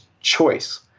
choice